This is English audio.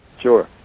sure